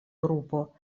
grupo